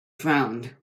frowned